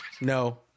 no